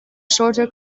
shorter